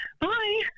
Bye